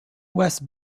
west